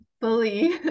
fully